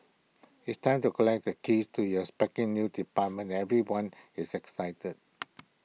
it's time to collect the keys to your spanking new apartment everyone is excited